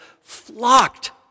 flocked